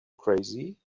crazy